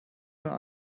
schon